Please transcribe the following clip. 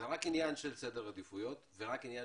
זה רק עניין של סדר עדיפויות ורק עניין